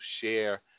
Share